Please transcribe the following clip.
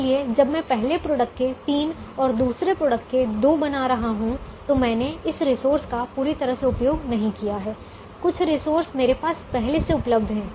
इसलिए जब मैं पहले प्रोडक्ट के 3 और दूसरे प्रोडक्ट के 2 बना रहा हूं तो मैंने इस रिसोर्स का पूरी तरह से उपयोग नहीं किया है कुछ रिसोर्स मेरे पास पहले से उपलब्ध हैं